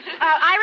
Iris